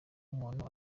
umuntu